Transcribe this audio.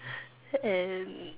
and